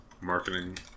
marketing